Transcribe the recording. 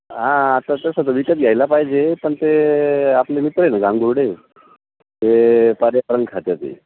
हां आता तसं तर विकत घ्यायला पाहिजे पण ते आपले मित्र आहे न गांगुर्डे ते पर्यावरण खात्यात आहे